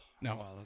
no